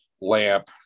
lamp